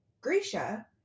Grisha